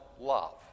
love